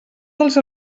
dels